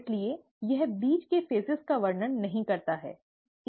इसलिए यह बीच में चरणों का वर्णन नहीं करता है ठीक है